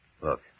Look